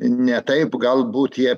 ne taip galbūt jie